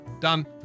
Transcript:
Done